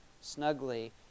snugly